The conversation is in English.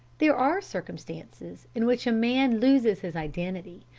there are circumstances in which a man loses his identity,